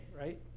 right